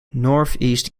northeast